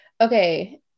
Okay